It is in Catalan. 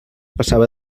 passava